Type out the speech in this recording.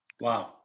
Wow